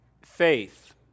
Faith